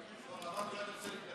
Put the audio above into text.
לא, חשבתי שאולי אתה רוצה להתנצל.